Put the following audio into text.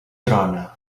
trona